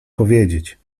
powiedzieć